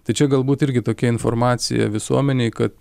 tai čia galbūt irgi tokia informacija visuomenei kad